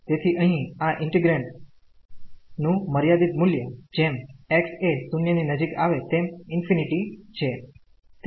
તેથી અહી આ ઈન્ટિગ્રેન્ડ નું મર્યાદિત મુલ્ય જેમ x એ 0 ની નજીક આવે તેમ ∞ છે